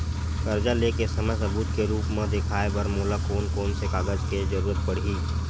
कर्जा ले के समय सबूत के रूप मा देखाय बर मोला कोन कोन से कागज के जरुरत पड़ही?